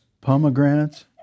Pomegranates